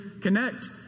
connect